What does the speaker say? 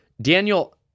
Daniel